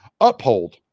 Uphold